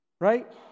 right